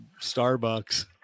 Starbucks